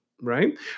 right